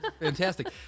Fantastic